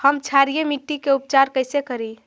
हम क्षारीय मिट्टी के उपचार कैसे करी?